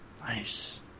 Nice